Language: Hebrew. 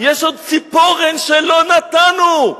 יש עוד ציפורן שלא נתנו,